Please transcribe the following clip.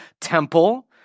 temple